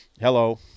hello